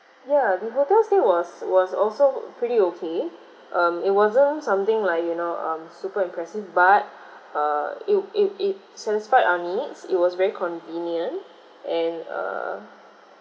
ya the hotel stay was was also pretty okay um it wasn't something like you know um super impressive but uh it'll it it satisfied our needs it was very convenient and err